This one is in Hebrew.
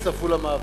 הצטרף למאבק,